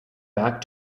back